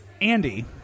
Andy